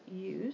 use